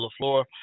LaFleur